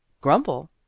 Grumble